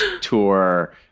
tour